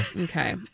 Okay